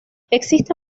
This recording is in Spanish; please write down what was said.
existe